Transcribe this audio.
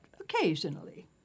occasionally